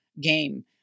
game